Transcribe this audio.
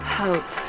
hope